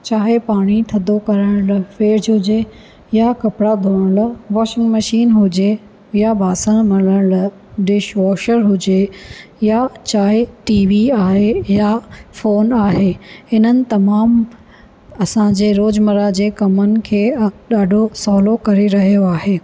चाहे पाणी थधो करण लाइ फ़िर्ज हुजे या कपिड़ा धोअण लाइ वॉशिंग मशीन हुजे या बासण मलण लाइ डिश वॉशर हुजे या चाहे टी वी आहे या फ़ोन आहे इन्हनि तमामु असांजे रोज़ुमर्रा जे कमनि खे ॾाढो सवलो करे रहियो आहे